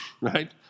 right